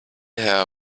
her